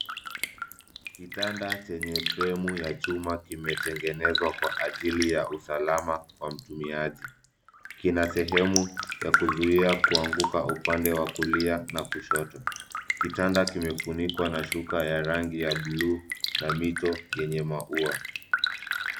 Kitanda chenye fremu ya chuma kimetengenezwa kwa ajili ya usalama wa mtimiaji. Kina sehemu ya kuzuia kuanguka upande wa kulia na kushoto. Kitanda kimefunikwa na shuka ya rangi ya bluu na mito yenye maua.